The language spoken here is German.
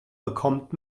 bekommt